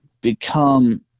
become